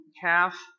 calf